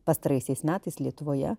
pastaraisiais metais lietuvoje